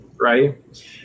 right